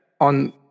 on